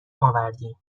آوردیم